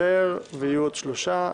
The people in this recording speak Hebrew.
ועוד שלושה,